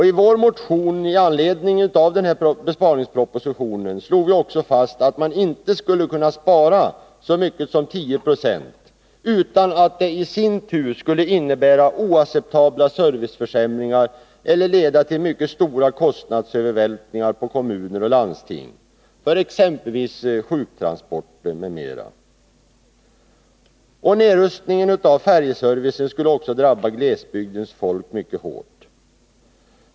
I vår motion med anledning av besparingspropositionen slog vi fast att man inte skulle kunna spara så mycket som 10 96 utan att det i sin tur skulle innebära oacceptabla serviceförsämringar eller leda till mycket stora kostnadsövervältringar på kommuner och landsting för sjuktransporter m.m. Nedrustningen av färjeservicen skulle drabba glesbygdens folk mycket hårt.